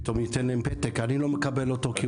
הוא פתאום ייתן להם פתק שהוא לא מקבל אותו.